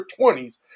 20s